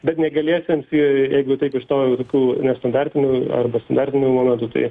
bet neįgaliesiems jeigu taip iš tokių nestandartinių arba standartinių momentų tai